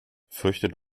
fürchtet